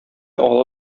ала